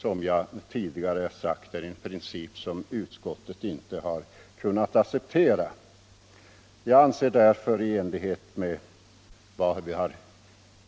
Som jag tidigare framhållit är detta någonting som utskottet inte har kunnat acceptera. Såsom utskottet